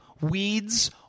weeds